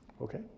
Okay